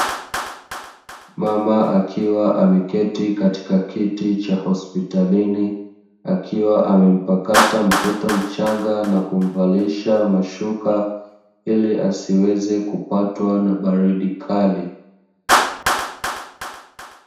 Mama akiwa ameketi katika kiti cha hospitalini akiwa amempakata mtoto mchanga na kumvalisha mashuka ili asiweze kupatwa na baridi kali.